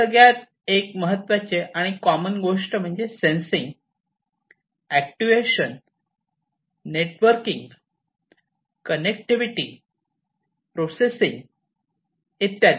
सगळ्यांमध्ये एक महत्त्वाचे आणि कॉमन गोष्ट म्हणजे sensing actuation networking connectivity processing इत्यादी